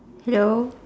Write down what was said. hello